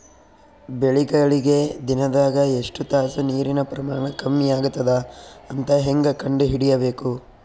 ಬೆಳಿಗಳಿಗೆ ದಿನದಾಗ ಎಷ್ಟು ತಾಸ ನೀರಿನ ಪ್ರಮಾಣ ಕಮ್ಮಿ ಆಗತದ ಅಂತ ಹೇಂಗ ಕಂಡ ಹಿಡಿಯಬೇಕು?